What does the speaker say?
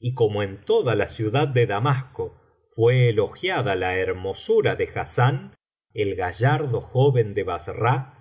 y como en toda la ciudad de damasco fué elogiada la hermosura de hassán el gallardo joven de bassra